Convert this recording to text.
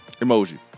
Emoji